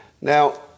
Now